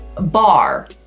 bar